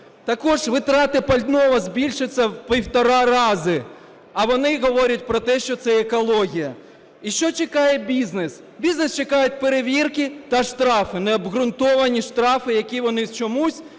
Також витрати пального збільшаться у півтора рази, а вони говорять про те, що це екологія. І що чекає бізнес? Бізнес чекають перевірки та штрафи, необґрунтовані штрафи, які вони чомусь